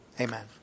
Amen